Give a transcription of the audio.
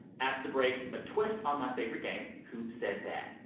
after the break, a twist on my favorite game, who said that?